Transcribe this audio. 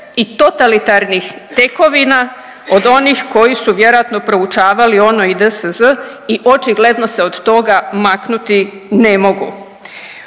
i totalitarnih tekovina od onih koji su vjerojatno proučavali ONO i DSD i očigledno se od toga maknuti ne mogu.